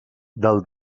del